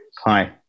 Hi